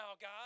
God